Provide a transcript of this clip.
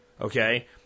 Okay